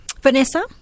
Vanessa